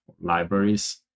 libraries